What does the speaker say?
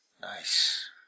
Nice